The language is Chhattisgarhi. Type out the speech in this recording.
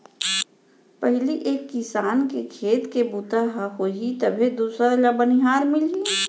पहिली एक किसान के खेत के बूता ह होही तभे दूसर ल बनिहार मिलही